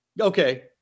okay